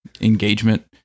engagement